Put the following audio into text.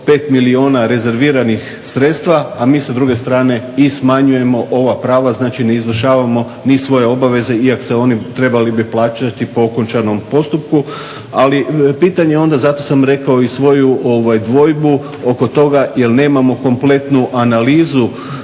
5 milijuna rezerviranih sredstva a mi s druge strane i smanjujemo ova prava, znači ne izvršavamo ni svoje obaveze iako bi se oni trebali bi plaćati okončanom postupku. Ali pitanje je onda, zato sam rekao i svoju dvojbu oko toga jer nemamo kompletnu analizu